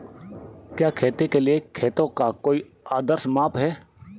क्या खेती के लिए खेतों का कोई आदर्श माप है?